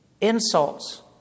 insults